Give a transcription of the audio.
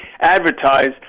advertise